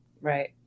Right